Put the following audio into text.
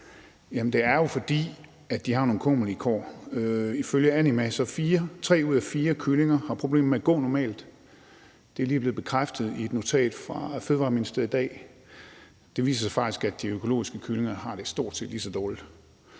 det er jo, fordi de har nogle kummerlige kår. Ifølge Anima har tre ud af fire kyllinger problemer med at gå normalt. Det er lige blevet bekræftet i et notat fra Ministeriet for Fødevarer, Landbrug og Fiskeri i dag. Det viser sig faktisk, at de økologiske kyllinger har det stort set lige så dårligt.